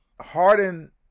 Harden